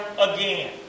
again